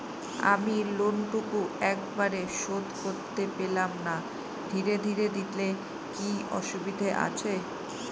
আমি লোনটুকু একবারে শোধ করতে পেলাম না ধীরে ধীরে দিলে কি অসুবিধে আছে?